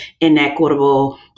inequitable